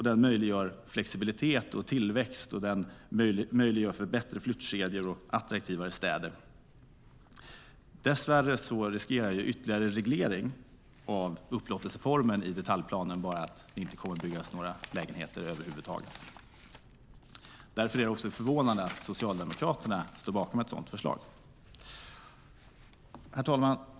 Den möjliggör flexibilitet och tillväxt och möjliggör bättre flyttkedjor och attraktivare städer. Dess värre riskerar ytterligare reglering i detaljplaneringen av upplåtelseformen att det inte kommer att byggas några lägenheter över huvud taget. Därför är det förvånande att Socialdemokraterna står bakom ett sådant förslag. Herr talman!